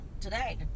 today